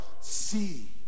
see